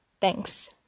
Thanks